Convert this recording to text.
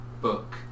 book